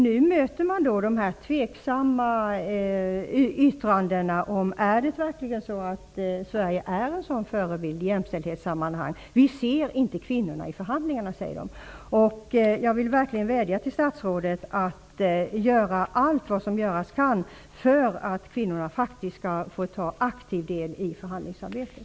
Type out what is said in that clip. Nu möter man tveksamma yttringar om huruvida Sverige verkligen är en förebild i jämställdhetssammanhang. Vi ser inte kvinnorna i förhandlingarna, säger man. Jag vill verkligen vädja till statsrådet att göra allt vad som göras kan för att kvinnorna faktiskt skall få ta aktiv del i förhandlingsarbetet.